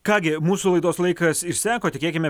ką gi mūsų laidos laikas išseko tikėkime